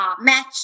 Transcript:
match